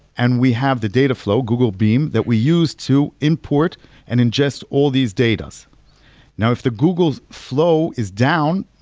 and we have the data flow, google beam that we use to import and ingest all these data. now if the google's flow is down,